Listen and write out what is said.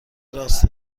راست